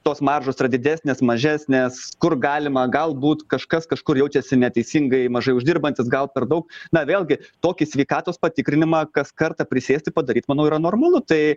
tos maržos yra didesnės mažesnės kur galima galbūt kažkas kažkur jaučiasi neteisingai mažai uždirbantis gal per daug na vėlgi tokį sveikatos patikrinimą kas kartą prisėsti padaryt manau yra normalu tai